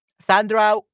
Sandra